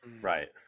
Right